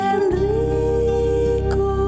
Enrico